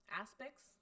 aspects